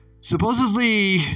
Supposedly